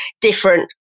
different